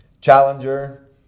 challenger